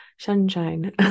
sunshine